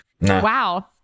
Wow